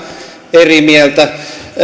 eri mieltä